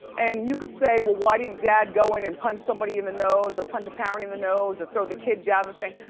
and you could say well, why didn't dad go in and punch somebody in the nose or punch a parent in the nose or throw the kid down the thing.